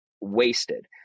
wasted